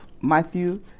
Matthew